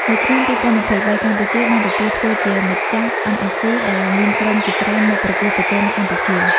នៅឆ្នាំ២០២៣ កម្ពុជាបានទទួលធ្វើជាម្ចាស់អឹមអេសស៊ី ដែលមានក្រុមជាច្រើនមកប្រកួតប្រជែងនៅកម្ពុជា។